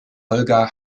holger